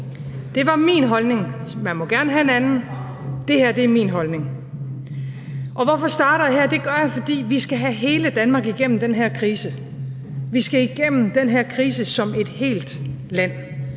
Det var min holdning, man må gerne have en anden – det her er min holdning. Og hvorfor starter jeg her? Det gør jeg, fordi vi skal have hele Danmark igennem den her krise. Vi skal igennem den her krise som et helt land.